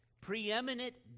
preeminent